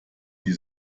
die